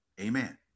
amen